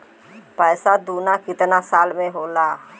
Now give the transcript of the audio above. पैसा दूना कितना साल मे होला?